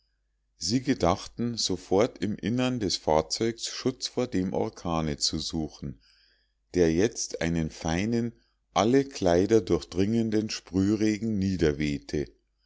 sie gedachten sofort im innern des fahrzeugs schutz vor dem orkane zu suchen der jetzt einen feinen alle kleider durchdringenden sprühregen